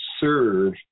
serve